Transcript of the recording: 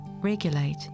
regulate